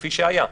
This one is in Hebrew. כפי שהיה.